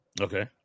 Okay